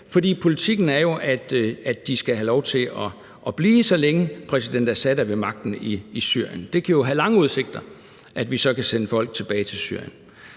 For politikken er, at de skal have lov til at blive, så længe præsident Assad er ved magten i Syrien. Det kan jo have lange udsigter, at vi så kan sende folk tilbage til Syrien.